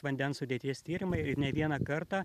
vandens sudėties tyrimai ir ne vieną kartą